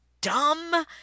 dumb